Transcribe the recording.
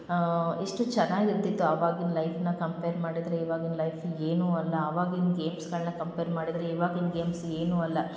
ಹಾಂ ಎಷ್ಟು ಚೆನ್ನಾಗಿ ಇರ್ತಿತ್ತು ಆವಾಗಿನ ಲೈಫ್ನ ಕಂಪೇರ್ ಮಾಡಿದರೆ ಇವಾಗಿನ ಲೈಫ್ ಈಗ ಏನು ಅಲ್ಲ ಅವಾಗಿನ ಗೇಮ್ಸ್ಗಳನ್ನ ಕಂಪೇರ್ ಮಾಡಿದರೆ ಇವಾಗಿಂದು ಗೇಮ್ಸ್ ಏನು ಅಲ್ಲ